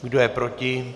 Kdo je proti?